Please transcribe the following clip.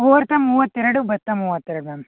ಹೋಗ್ತಾ ಮೂವತ್ತೆರಡು ಬರ್ತಾ ಮೂವತ್ತೆರಡು ಮ್ಯಾಮ್